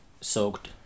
soaked